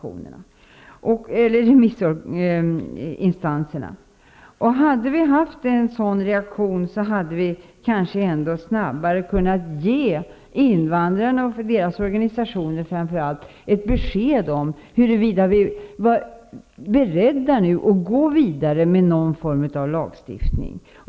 Om vi hade sett remissinstansernas reaktioner hade vi snabbare kunnat ge invandrarna och deras organisationer ett besked huruvida vi var beredda att gå vidare med någon form av lagstiftning.